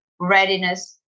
readiness